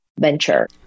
venture